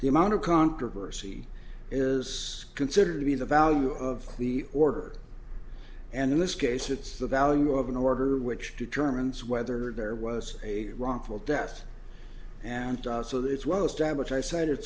the amount of controversy is considered to be the value of the order and in this case it's the value of an order which determines whether there was a wrongful death and so that it's well established i cited